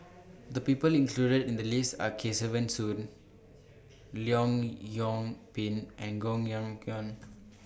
The People included in The list Are Kesavan Soon Leong Yoon Pin and Koh Yong Guan